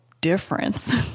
difference